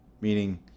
meaning